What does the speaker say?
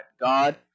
God